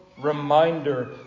reminder